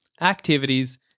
Activities